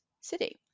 city